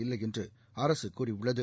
இல்லை என்று அரசு கூறியுள்ளது